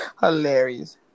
Hilarious